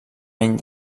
any